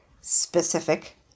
specific